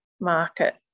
market